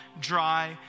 dry